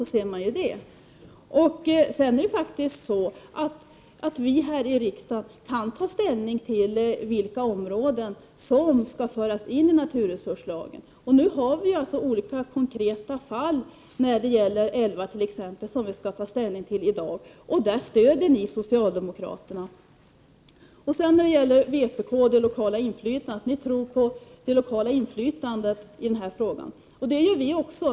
Vi här i riksdagen kan faktiskt besluta vilka områden som skall föras in i naturresurslagen. Det finns olika konkreta fall, t.ex. när det gäller älvarna, och dessa skall vi i dag ta ställning till. Där stöder ni socialdemokraterna. Sedan något om vpk:s uttalanden om det lokala inflytandet. Ni i vpk tror alltså på det lokala inflytandet i den här frågan.